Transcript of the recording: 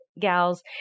gals